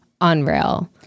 unreal